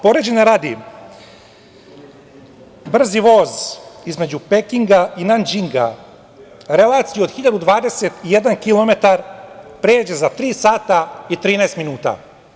Poređenja radi, brzi voz između Pekinga i Nanđinga relaciju od 1.021 kilometar pređe za tri sata i 13 minuta.